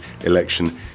election